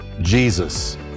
Jesus